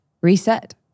reset